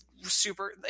super –